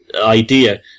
idea